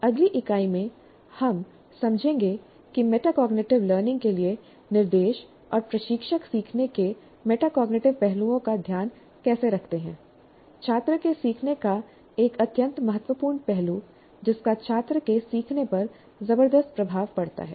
अगली इकाई में हम समझेंगे कि मेटाकॉग्निटिव लर्निंग के लिए निर्देश और प्रशिक्षक सीखने के मेटाकॉग्निटिव पहलुओं का ध्यान कैसे रखते हैं छात्र के सीखने का एक अत्यंत महत्वपूर्ण पहलू जिसका छात्र के सीखने पर जबरदस्त प्रभाव पड़ता है